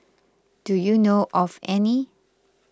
do you know of any